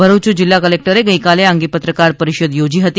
ભરૂચ જિલ્લા કલેકટરે ગઇકાલે આ અંગે પત્રકાર પરિષદ ચોજી હતી